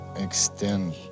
extend